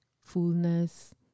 fullness